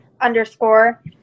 underscore